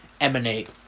emanate